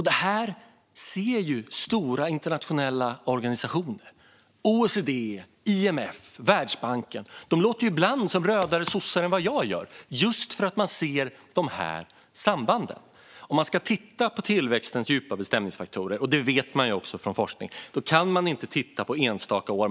Detta ser stora internationella organisationer som OECD, IMF och Världsbanken. De låter ju ibland som rödare sossar än jag, just för att de ser de här sambanden. Om vi ska titta på tillväxtens djupa bestämningsfaktorer kan vi inte titta på enstaka år. Även det vet vi från forskning.